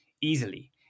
easily